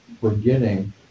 forgetting